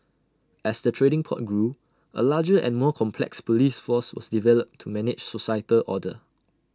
as the trading port grew A larger and more complex Police force was developed to manage societal order